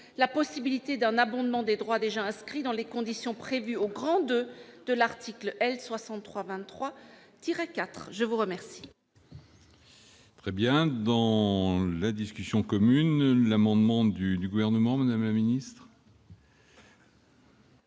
la possibilité d'un abondement des droits déjà inscrits dans les conditions prévues au II de l'article L. 6323-4. L'amendement